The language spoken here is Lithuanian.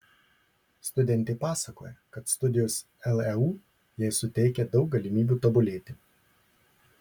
studentė pasakoja kad studijos leu jai suteikia daug galimybių tobulėti